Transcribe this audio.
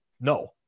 no